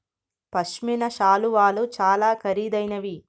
పశ్మిన శాలువాలు చాలా ఖరీదైనవి